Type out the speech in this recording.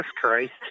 Christ